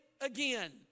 again